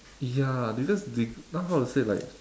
ya because deg~ now how to say like